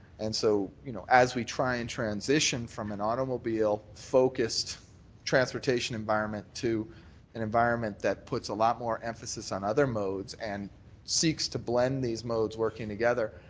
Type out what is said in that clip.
and so you know as we try and transition from an automobile-focused transportation environment to an environment that puts a lot more emphasis on other modes and seeks to blend these modes working together,